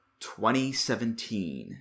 2017